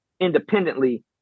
independently